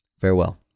Farewell